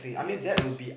yes